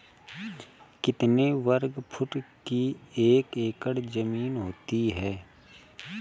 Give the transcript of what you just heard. कितने वर्ग फुट की एक एकड़ ज़मीन होती है?